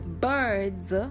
birds